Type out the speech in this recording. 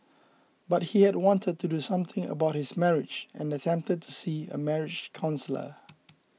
but he had wanted to do something about his marriage and attempted to see a marriage counsellor